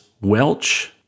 Welch